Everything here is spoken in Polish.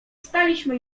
staliśmy